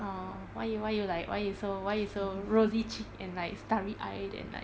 orh why you why you like why you so why you so rosy cheeked and like starry eyed and like